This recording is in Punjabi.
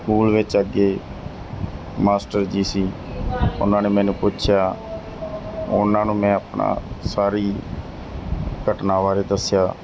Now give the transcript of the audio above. ਸਕੂਲ ਵਿੱਚ ਅੱਗੇ ਮਾਸਟਰ ਜੀ ਸੀ ਉਹਨਾਂ ਨੇ ਮੈਨੂੰ ਪੁੱਛਿਆ ਉਹਨਾਂ ਨੂੰ ਮੈਂ ਆਪਣੀ ਸਾਰੀ ਘਟਨਾ ਬਾਰੇ ਦੱਸਿਆ